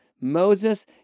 Moses